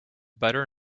butter